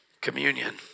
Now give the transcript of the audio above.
communion